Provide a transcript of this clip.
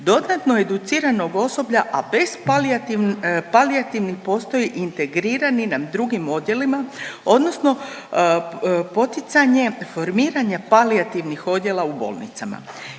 dodatno educiranog osoblja, a bez palijativni postoji i integrirani na drugim odjelima, odnosno poticanje formiranja palijativnih odjela u bolnicama.